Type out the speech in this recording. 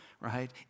right